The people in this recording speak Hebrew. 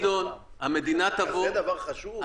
אבל, גדעון, המדינה תבוא --- אז זה דבר חשוב?